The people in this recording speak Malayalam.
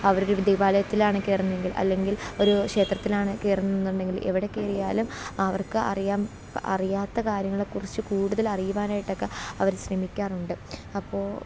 അവരൊരു ദേവാലയത്തിലാണ് കയറുന്നതെങ്കിൽ അല്ലെങ്കിൽ ഒരു ഷേത്രത്തിലാണ് കയറുന്നതെന്നുണ്ടെങ്കിൽ എവിടെക്കേറിയാലും അവർക്ക് അറിയാം അറിയാത്ത കാര്യങ്ങളെക്കുറിച്ച് കൂടുതലറിയുവാനായിട്ടൊക്കെ അവർ ശ്രമിക്കാറുണ്ട് അപ്പോൾ